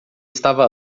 estava